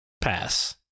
Pass